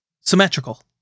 symmetrical